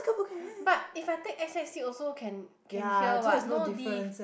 but if I take S_S_U also can can hear what no diff